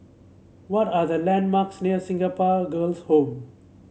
what are the landmarks near Singapore Girls' Home